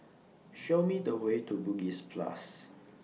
Show Me The Way to Bugis Plus